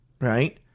right